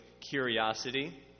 curiosity